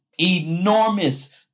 enormous